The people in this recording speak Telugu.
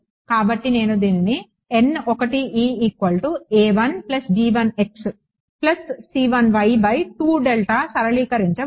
కాబట్టి నేను దీనిని సరళీకరించవచ్చు